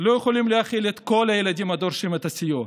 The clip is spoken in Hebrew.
לא יכולים להכיל את כל הילדים הדורשים את הסיוע.